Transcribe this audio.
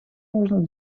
можно